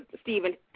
Stephen